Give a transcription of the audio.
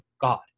God